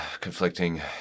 conflicting